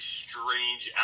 strange